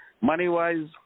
Money-wise